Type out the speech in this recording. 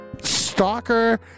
stalker